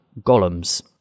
golems